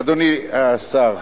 אדוני השר,